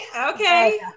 Okay